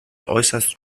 äußerst